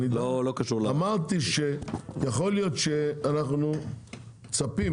אמרתי שיכול להיות שאנחנו מצפים,